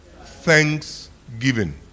Thanksgiving